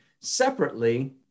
separately